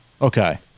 Okay